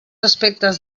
aspectes